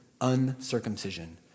uncircumcision